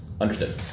Understood